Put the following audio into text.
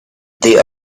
the